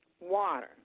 Water